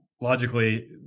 logically